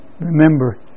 remember